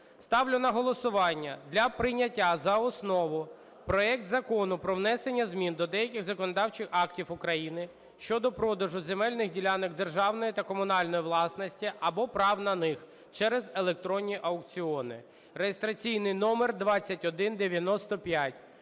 Ставлю на голосування для прийняття за основу проект Закону про внесення змін до деяких законодавчих актів України щодо продажу земельних ділянок державної та комунальної власності або прав на них через електронні аукціони (реєстраційний номер 2195).